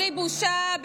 בלי בושה,